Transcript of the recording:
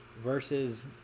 versus